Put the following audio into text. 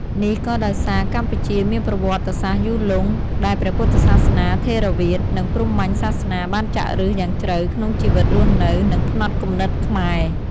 នេះក៏ដោយសារកម្ពុជាមានប្រវត្តិសាស្ត្រយូរលង់ ដែលព្រះពុទ្ធសាសនាថេរវាទ និងព្រហ្មញ្ញសាសនាបានចាក់ឫសយ៉ាងជ្រៅក្នុងជីវិតរស់នៅ និងផ្នត់គំនិតខ្មែរ។